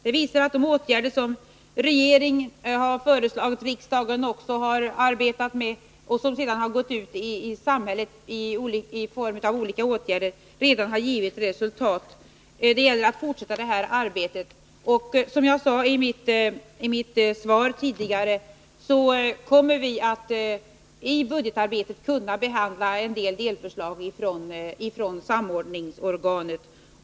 Det visar att de åtgärder som regeringen har föreslagit, som riksdagen sedan har arbetat med och som därefter har vidtagits ute i samhället redan har givit resultat. Det gäller att fortsätta detta arbete. Som jag sade i mitt svar kommer vi att i budgetarbetet kunna behandla några delförslag från samordningsorganet.